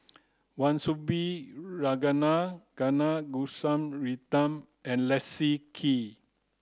Wan Soon Bee Ragunathar Kanagasuntheram and Leslie Kee